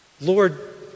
Lord